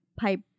pipe